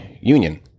Union